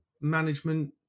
management